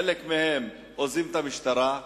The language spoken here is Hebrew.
חלק מהם עוזבים את המשטרה,